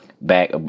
back